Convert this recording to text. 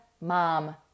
mom